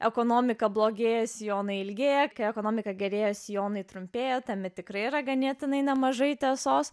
ekonomika blogėja sijonai ilgėja ekonomika gerėja sijonai trumpėja tačiau tikrai yra ganėtinai nemažai tiesos